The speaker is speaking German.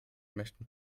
möchten